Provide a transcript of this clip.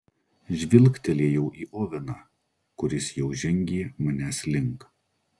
žvilgtelėjau į oveną kuris jau žengė manęs link